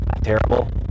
terrible